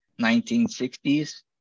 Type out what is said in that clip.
1960s